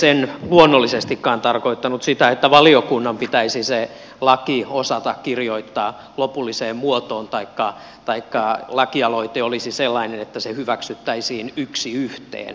en luonnollisestikaan tarkoittanut sitä että valiokunnan pitäisi se laki osata kirjoittaa lopulliseen muotoon taikka että lakialoite olisi sellainen että se hyväksyttäisiin yksi yhteen